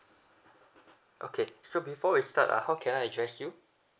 okay so before we start uh how can I address you